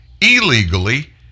illegally